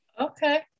okay